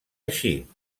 així